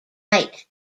night